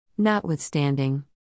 notwithstanding